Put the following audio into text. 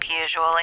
usually